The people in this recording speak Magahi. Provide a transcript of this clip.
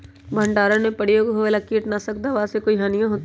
भंडारण में प्रयोग होए वाला किट नाशक दवा से कोई हानियों होतै?